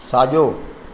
साॼो